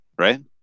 Right